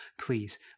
please